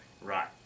Right